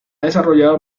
desarrollado